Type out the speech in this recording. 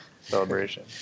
celebration